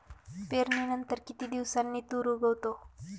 पेरणीनंतर किती दिवसांनी तूर उगवतो?